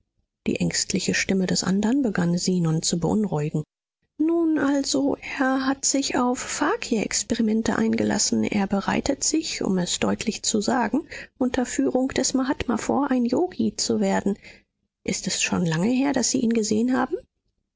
die ängstliche stimme des andern begann zenon zu beunruhigen nun also er hat sich auf fakirexperimente eingelassen er bereitet sich um es deutlich zu sagen unter führung des mahatma vor ein yoghi zu werden ist es schon lange her daß sie ihn gesehen haben